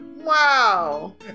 Wow